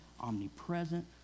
omnipresent